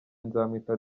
nzamwita